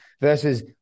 versus